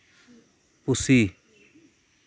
ᱯᱩᱥᱤ